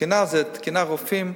תקינה זה תקינה של רופאים,